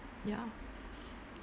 ya